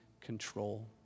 control